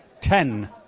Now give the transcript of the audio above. Ten